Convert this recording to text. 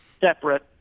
separate